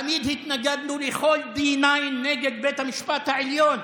תמיד התנגדנו לכל D9 נגד בית המשפט העליון,